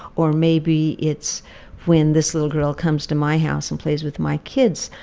or maybe it's when this little girl comes to my house and plays with my kids,